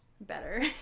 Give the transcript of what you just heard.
better